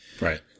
Right